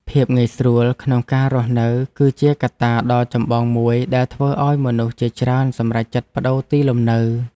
ភាពងាយស្រួលក្នុងការរស់នៅ គឺជាកត្តាដ៏ចម្បងមួយដែលធ្វើឱ្យមនុស្សជាច្រើនសម្រេចចិត្តប្តូរទីលំនៅ។